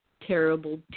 terrible